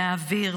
באוויר,